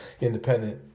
independent